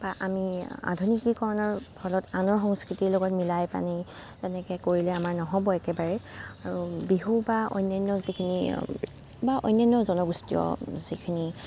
বা আমি আধুনিকীকৰণৰ ফলত আনৰ সংস্কৃতিৰ লগত মিলাই পেনি তেনেকৈ কৰিলে আমাৰ নহ'ব একেবাৰেই আৰু বিহু বা অন্যান্য যিখিনি বা অন্যান্য জনগোষ্ঠীয় যিখিনি